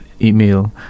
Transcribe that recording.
email